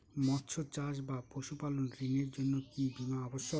মৎস্য চাষ বা পশুপালন ঋণের জন্য কি বীমা অবশ্যক?